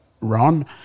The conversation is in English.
Ron